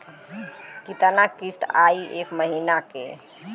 कितना किस्त आई एक महीना के?